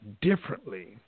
differently